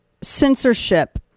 censorship